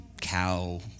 cow